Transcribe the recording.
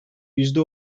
yüzde